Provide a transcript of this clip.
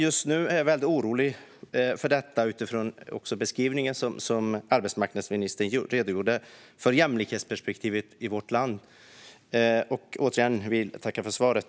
Jag är därför orolig för detta, också utifrån den beskrivning som arbetsmarknadsministern nu gjorde när hon redogjorde för jämlikhetsperspektivet i vårt land. Jag vill återigen tacka för svaret.